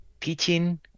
teaching